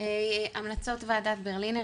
המלצות ועדת ברלינר,